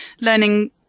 learning